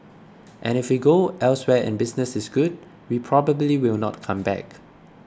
and if we go elsewhere and business is good we probably will not come back